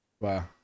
wow